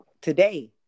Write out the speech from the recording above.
today